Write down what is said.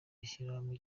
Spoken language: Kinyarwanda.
ishyirahamwe